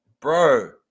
bro